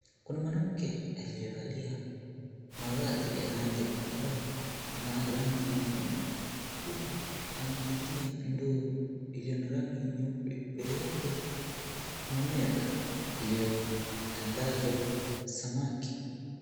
Kuna mwanamke aliyevalia mavazi ya rangi ya zambarau na rangi nyekundu, huku ameketia ndoo iliyo na rangi nyeupe. Mbele yake kuna meza iliyotandazwa samaki.